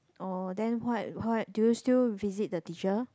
oh then what what do you still visit the teacher